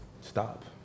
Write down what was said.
stop